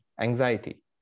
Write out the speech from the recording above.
anxiety